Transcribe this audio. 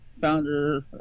founder